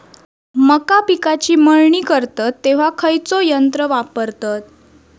मका पिकाची मळणी करतत तेव्हा खैयचो यंत्र वापरतत?